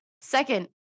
Second